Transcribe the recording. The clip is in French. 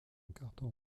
carton